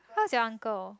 how is your uncle